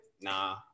Nah